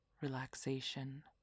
relaxation